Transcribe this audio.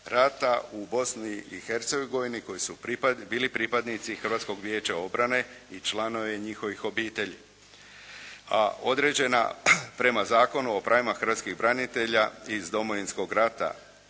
rata u Bosni i Hercegovini koji su bili pripadnici Hrvatskog vijeća obrane i članovi njihovih obitelji. A određena prema Zakonu o pravima hrvatskih branitelja iz Domovinskog rata